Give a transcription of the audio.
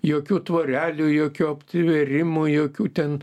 jokių tvorelių jokių aptvėrimų jokių ten